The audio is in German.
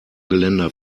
geländer